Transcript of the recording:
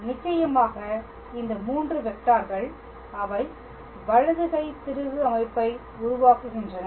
நிச்சயமாக இந்த 3 வெக்டார்கள் அவை வலது கை திருகு அமைப்பை உருவாக்குகின்றன